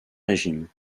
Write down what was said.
régime